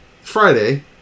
Friday